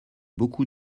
beaucoup